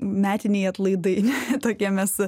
metiniai atlaidai ne tokie mes